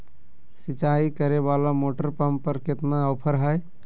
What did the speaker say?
सिंचाई करे वाला मोटर पंप पर कितना ऑफर हाय?